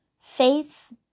Faith